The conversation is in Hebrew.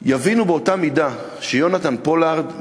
יבינו באותה מידה שיונתן פולארד,